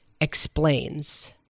Explains